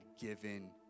given